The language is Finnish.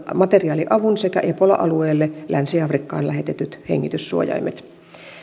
materiaaliavun sekä ebola alueelle länsi afrikkaan lähetetyt hengityssuojaimet